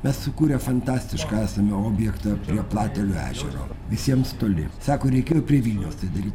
mes sukūrę fantastišką esame objektą prie platelių ežero visiems toli sako reikėjo prie vilniaus tai daryt